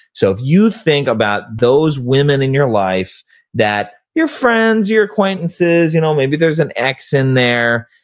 so if you think about those women in your life that your friends, your acquaintances, you know, maybe there's an ex in there,